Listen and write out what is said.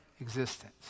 existence